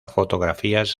fotografías